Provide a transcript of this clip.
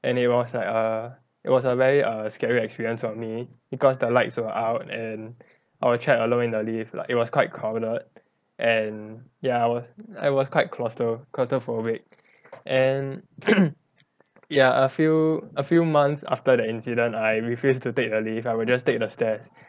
and it was like a it was a very scary experience for me because the lights were out and I was trapped alone in the lift lah it was quite crowded and ya I was I was quite claustro~ claustrophobic and ya a few a few months after the incident I refused to take the lift I will just take the stairs